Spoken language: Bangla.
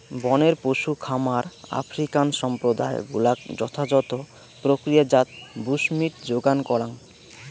বনের পশু খামার আফ্রিকান সম্প্রদায় গুলাক যথাযথ প্রক্রিয়াজাত বুশমীট যোগান করাং